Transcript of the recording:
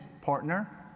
Partner